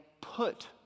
put